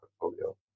portfolio